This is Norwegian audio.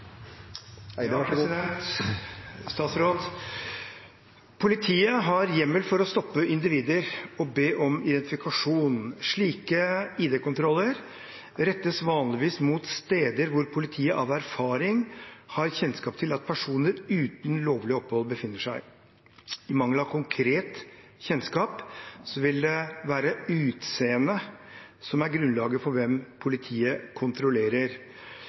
har hjemmel for å stoppe individer og be om identifikasjon. Slike ID-kontroller rettes vanligvis mot steder hvor politiet av erfaring har kjennskap til at personer uten lovlig opphold befinner seg. I mangel av konkret kjennskap vil det være utseendet som er grunnlaget for hvem politiet kontrollerer.